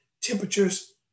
temperatures